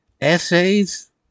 Essays